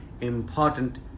important